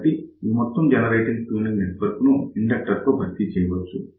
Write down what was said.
కాబట్టి ఈ మొత్తం జనరేటర్ ట్యూనింగ్ నెట్వర్క్ ను ఒక ఇండక్టర్ తో భర్తీ చేయవచ్చు